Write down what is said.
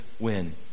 win